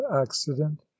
accident